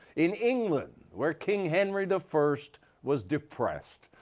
in england, where king henry the first was depressed.